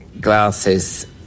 glasses